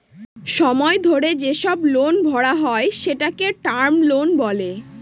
সময় ধরে যেসব লোন ভরা হয় সেটাকে টার্ম লোন বলে